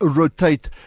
rotate